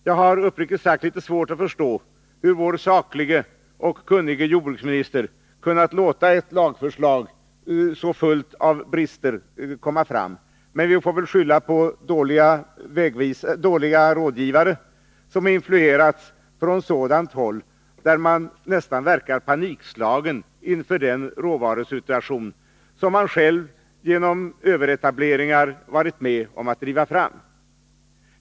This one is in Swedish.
Jag har uppriktigt sagt litet svårt att förstå hur vår saklige och kunnige jordbruksminister kunnat låta ett lagförslag så fullt av brister komma fram, men vi får väl skylla på dåliga rådgivare, som influerats från sådant håll där man nästan verkar panikslagen inför den råvarusituation som man själv genom överetablering varit med om att driva fram.